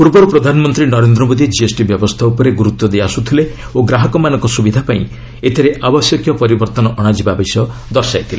ପୂର୍ବରୁ ପ୍ରଧାନମନ୍ତ୍ରୀ ନରେନ୍ଦ୍ର ମୋଦି ଜିଏସ୍ଟି ବ୍ୟବସ୍ଥା ଉପରେ ଗୁରୁତ୍ୱ ଦେଇଆସୁଥିଲେ ଓ ଗ୍ରାହକମାନଙ୍କ ସୁବିଧା ପାଇଁ ଏଥିରେ ଆବଶ୍ୟକୀୟ ପରିବର୍ତ୍ତନ ଅଣାଯିବା ବିଷୟ ଦର୍ଶାଇଥିଲେ